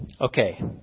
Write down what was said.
Okay